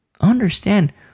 understand